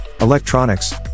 electronics